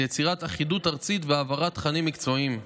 לצורך יצירת אחידות ארצית והעברת תכנים מקצועיים,